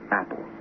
Apple